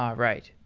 um right.